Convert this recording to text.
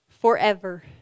forever